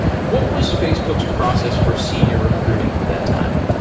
what was facebook's process for senior recruiting at that time?